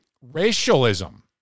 racialism